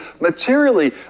materially